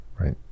Right